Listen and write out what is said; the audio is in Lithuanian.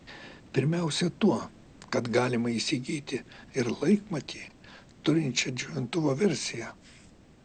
pirmiausiai tuo kad galima įsigyti ir laikmatį turinčią džiovintuvo versiją